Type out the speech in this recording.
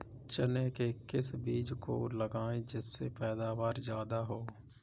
चने के किस बीज को लगाएँ जिससे पैदावार ज्यादा हो?